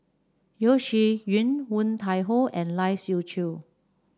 Yeo Shih Yun Woon Tai Ho and Lai Siu Chiu